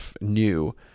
new